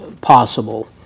possible